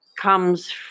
comes